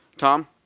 tom,